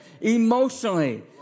emotionally